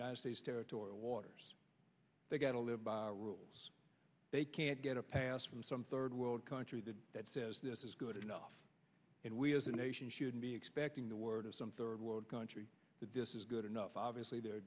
united states territorial waters they gotta live by rules they can't get a pass from some third world country that that says this is good enough and we as a nation shouldn't be expecting the word of some third world country that this is good enough obviously the